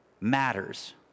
matters